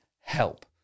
help